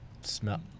Smell